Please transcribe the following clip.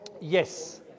Yes